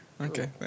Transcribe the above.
okay